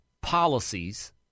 policies